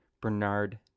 bernard